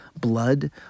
blood